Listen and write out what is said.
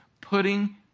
putting